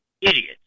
idiots